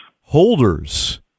holders